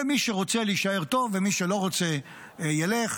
ומי שרוצה להישאר, טוב, ומי שלא רוצה, ילך,